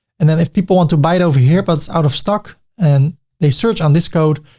and then if people want to buy it over here, but it's out of stock and they search on this code,